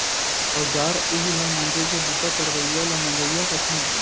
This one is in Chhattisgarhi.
औजार उव ल मांजे के बूता करवइया ल मंजइया कथें